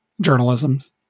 Journalism's